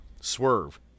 swerve